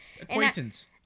acquaintance